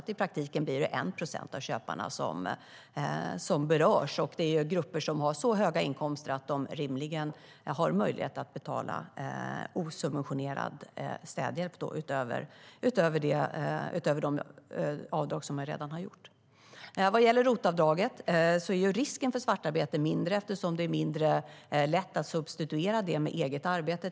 I praktiken blir det därför 1 procent av köparna som berörs, och det är grupper som har så höga inkomster att de rimligen har möjlighet att betala osubventionerad städhjälp, utöver de avdrag som man redan har gjort. Vad gäller ROT-avdraget är risken för svartarbete mindre eftersom det är mindre lätt att substituera det med eget arbete.